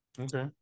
okay